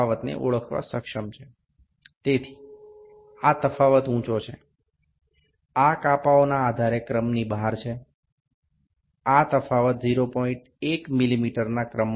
এই বিভাগের সাপেক্ষে এই পার্থক্যটি যথেষ্ট বড় তা আমি আগেই উল্লেখ করেছি পার্থক্যটি ০০১ মিমি এর ক্রমে আছে